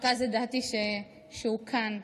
רק אז ידעתי שהוא כאן.